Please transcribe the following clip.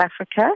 Africa